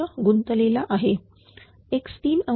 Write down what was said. गुंतलेला आहे x3